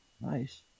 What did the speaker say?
Nice